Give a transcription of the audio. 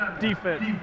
defense